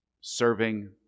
serving